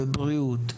בבריאות,